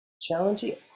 Challenging